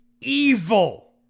evil